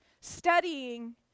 studying